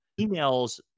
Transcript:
Emails